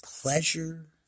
pleasure